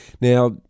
Now